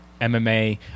MMA